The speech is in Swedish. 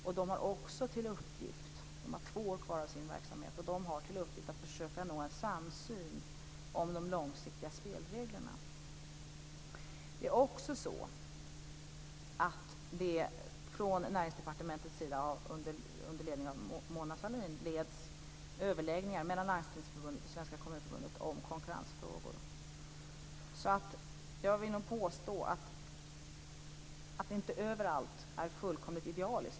Rådet, som har två år kvar av sin verksamhet, har också till uppgift att försöka nå en samsyn om de långsiktiga spelreglerna. Från Näringsdepartementets sida, under ledning av Mona Sahlin, leds överläggningar mellan Landstingsförbundet och Svenska kommunförbundet om konkurrensfrågor. Jag vill nog påstå att det inte överallt är helt idealiskt.